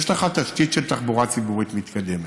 יש לך תשתית של תחבורה ציבורית מתקדמת.